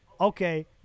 Okay